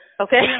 Okay